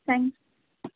thanks